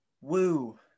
Woo